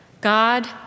God